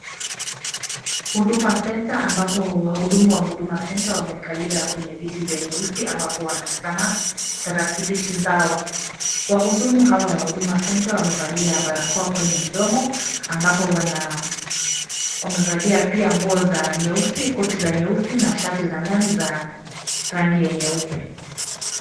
Huduma Center ambapo wahudumu wa Huduma Center wamekalia kwenye viti vya nyeusi ambapo wanatazama, tarakilishi zao, wahudumu hawa wa Huduma Center wamevalia barakoa kwenye mdomo, ambapo wana wamevalia pia nguo za nyeusi koti za nyeusi na shati za ndani za rangi ya nyeupe.